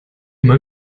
immer